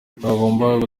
rwagombaga